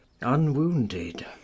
unwounded